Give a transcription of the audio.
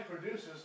produces